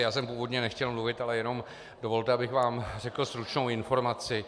Já jsem původně nechtěl mluvit, ale jenom dovolte, abych vám řekl stručnou informaci.